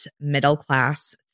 middle-class